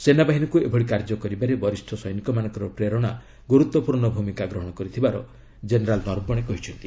ସେନାବାହିନୀକୁ ଏଭଳି କାର୍ଯ୍ୟ କରିବାରେ ବରିଷ ସୈନିକମାନଙ୍କ ପ୍ରେରଣା ଗୁରୁତ୍ୱପୂର୍ଣ୍ଣ ଭୂମିକା ଗ୍ରହଣ କରିଥିବାର ଜେନେରାଲ୍ ନର୍ବଣେ କହିଛନ୍ତି